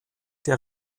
der